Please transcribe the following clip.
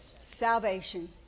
Salvation